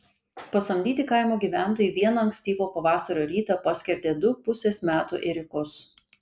pasamdyti kaimo gyventojai vieną ankstyvo pavasario rytą paskerdė du pusės metų ėriukus